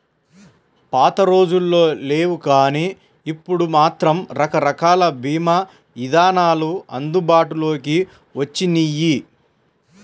పాతరోజుల్లో లేవుగానీ ఇప్పుడు మాత్రం రకరకాల భీమా ఇదానాలు అందుబాటులోకి వచ్చినియ్యి